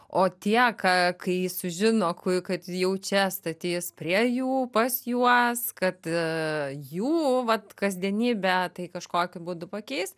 o tie ka kai sužino kur kad jau čia statys prie jų pas juos kad jų vat kasdienybę tai kažkokiu būdu pakeis